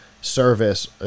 service